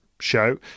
show